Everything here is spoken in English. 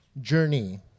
Journey